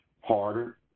harder